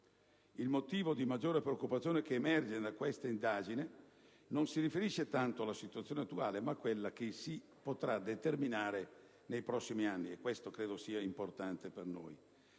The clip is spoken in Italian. Il motivo di maggiore preoccupazione che emerge da tale indagine, tuttavia, non si riferisce tanto alla situazione attuale, ma a quella che si potrà determinare nei prossimi anni, e questo credo sia per noi